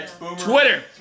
twitter